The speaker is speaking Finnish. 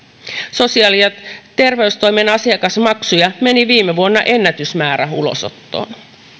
sosiaali ja terveystoimen asiakasmaksuja meni viime vuonna ennätysmäärä ulosottoon